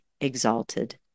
exalted